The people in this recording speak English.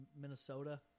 Minnesota